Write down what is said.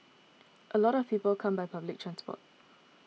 a lot of people come by public transport